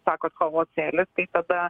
sakot cahosėlis tai tada